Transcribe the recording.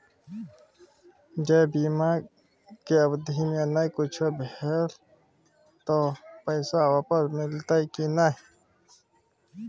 ज बीमा के अवधि म नय कुछो भेल त पैसा वापस मिलते की नय?